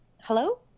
Hello